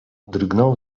drgnął